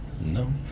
no